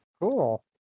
Cool